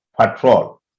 patrol